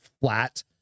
flat